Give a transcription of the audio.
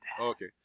okay